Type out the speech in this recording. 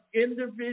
individual